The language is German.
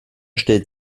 stellt